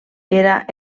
era